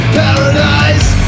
paradise